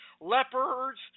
leopards